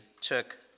took